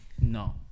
no